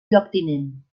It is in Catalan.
lloctinent